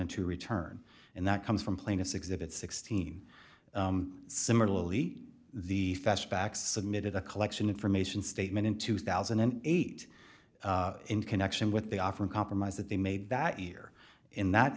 and two return and that comes from plaintiff's exhibit sixteen similarly the back submitted a collection information statement in two thousand and eight in connection with the offer in compromise that they made that year in that